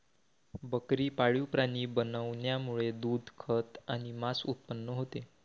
बकरी पाळीव प्राणी बनवण्यामुळे दूध, खत आणि मांस उत्पन्न होते